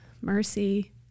Mercy